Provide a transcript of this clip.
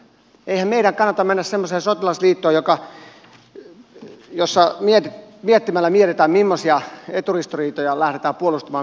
eihän meidän kannata mennä semmoiseen sotilasliittoon jossa miettimällä mietitään millaisia eturistiriitoja lähdetään puolustamaan milloinkin